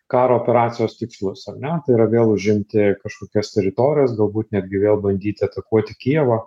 karo operacijos tikslus ar ne tai yra vėl užimti kažkokias teritorijas galbūt netgi vėl bandyti atakuoti kijevą